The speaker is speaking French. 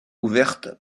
ouverte